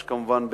יש, כמובן,